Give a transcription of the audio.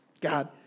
God